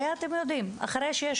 הרי, אתם יודעים, אחרי שיש